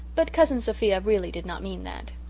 but cousin sophia really did not mean that.